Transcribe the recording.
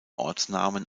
ortsnamen